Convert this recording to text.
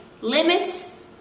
Limits